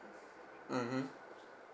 mmhmm